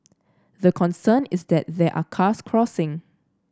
the concern is that there are cars crossing